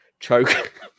Choke